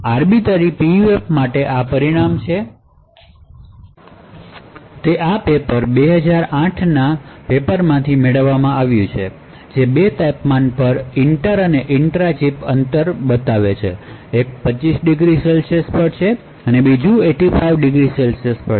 arbiter PUF માટે આ પરિણામ આ પેપર 2008 ના પેપરમાંથી મેળવવામાં આવ્યું છે જે બે તાપમાન પર ઇન્ટર અને ઇન્ટ્રા ચિપ અંતર બંને બતાવે છે એક 25Cપર છે અને બીજું 85 ° પર છે